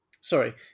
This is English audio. Sorry